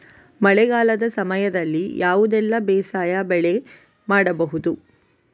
ಮಳೆಗಾಲದ ಸಮಯದಲ್ಲಿ ಯಾವುದೆಲ್ಲ ಬೇಸಾಯ ಬೆಳೆ ಮಾಡಬಹುದು?